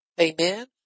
Amen